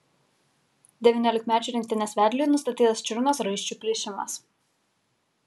devyniolikmečių rinktinės vedliui nustatytas čiurnos raiščių plyšimas